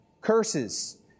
Curses